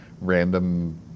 random